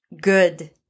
good